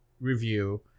review